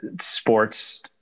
sports